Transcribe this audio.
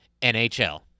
NHL